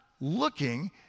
looking